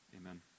amen